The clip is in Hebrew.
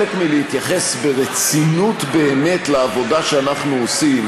חלק מלהתייחס ברצינות באמת לעבודה שאנחנו עושים,